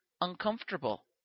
uncomfortable